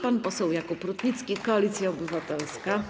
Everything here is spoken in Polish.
Pan poseł Jakub Rutnicki, Koalicja Obywatelska.